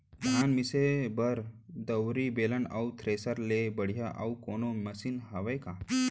धान मिसे बर दउरी, बेलन अऊ थ्रेसर ले बढ़िया अऊ कोनो मशीन हावे का?